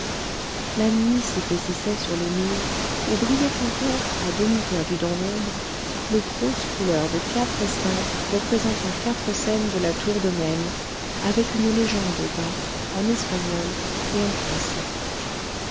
la nuit s'épaississait sur les murs où brillaient encore à demi perdues dans l'ombre les grosses couleurs de quatre estampes représentant quatre scènes de la tour de nesle avec une légende au bas en espagnol et en français